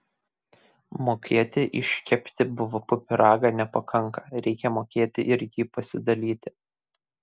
mokėti iškepti bvp pyragą nepakanka reikia mokėti ir jį pasidalyti